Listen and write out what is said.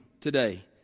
today